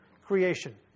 creation